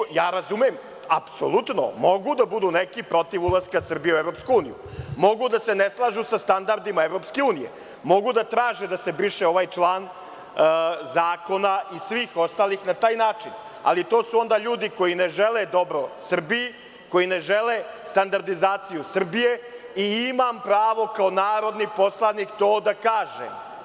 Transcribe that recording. Ja razumem, apsolutno mogu da budu neki protiv ulaska Srbije u EU, mogu da se ne slažu sa standardima EU, mogu da traže da se briše ovaj član zakona i svih ostalih na taj način, ali to su onda ljudi koji ne žele dobro Srbiji, koji ne žele standardizaciju Srbije i imam pravo kao narodni poslanik to da kažem.